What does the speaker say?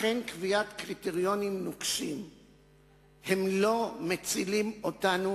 לכן, קביעת קריטריונים נוקשים לא מצילה אותנו